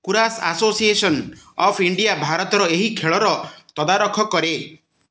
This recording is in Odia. କୁରାଶ ଆସୋସିଏସନ୍ ଅଫ୍ ଇଣ୍ଡିଆ ଭାରତରେ ଏହି ଖେଳର ତଦାରଖ କରେ